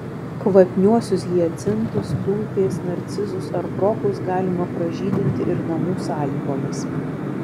kvapniuosius hiacintus tulpės narcizus ar krokus galima pražydinti ir namų sąlygomis